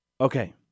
Okay